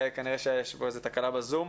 כנראה שיש פה איזו תקלה בזום.